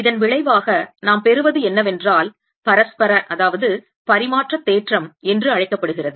இதன் விளைவாக நாம் பெறுவது என்னவென்றால் பரஸ்பர பரிமாற்ற தேற்றம் என்று அழைக்கப்படுகிறது